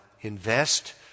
invest